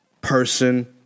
person